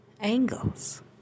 angles